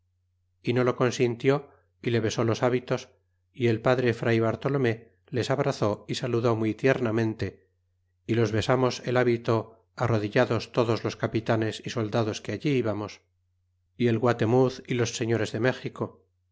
y no lo consintió y le besó los hábitos é el padre fray bartolome les abrazó e saludó muy tiernamente y los besamos el hábito arrodillados todos los capitanes y soldados que allí íbamos y el guatemuz y los señores de méxico